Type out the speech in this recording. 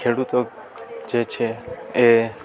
ખેડૂતો જે છે એ